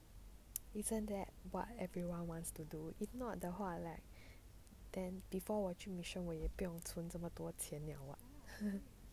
isn't that what everyone wants to do if not 的话 like then before 我去 mission 我也不用存这么多钱 liao [what]